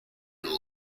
loro